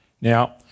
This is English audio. Now